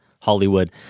Hollywood